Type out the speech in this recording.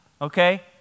okay